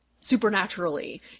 supernaturally